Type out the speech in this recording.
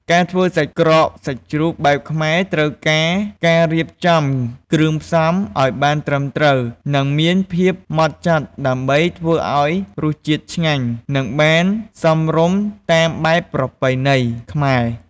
ការធ្វើសាច់ក្រកសាច់ជ្រូកបែបខ្មែរ ត្រូវការការរៀបចំគ្រឿងផ្សំឱ្យបានត្រឹមត្រូវ និងមានភាពម៉ដ្ឋចត់ ដើម្បីធ្វើឱ្យរសជាតិឆ្ងាញ់ និងបានសមរម្យតាមបែបប្រពៃណីខ្មែរ។